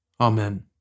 Amen